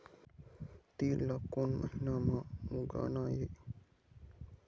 तील ला कोन महीना म उगाना ये?